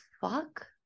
fuck